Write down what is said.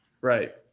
Right